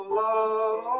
love